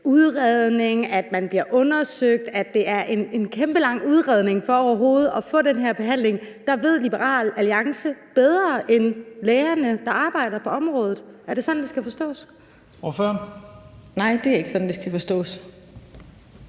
udredning, at man bliver undersøgt, at der er en kæmpe lang udredning for overhovedet at få den her behandling. Der ved Liberal Alliance bedre end lægerne, der arbejder på området – er sådan, det skal forstås? Kl. 11:45 Første næstformand